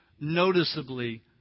noticeably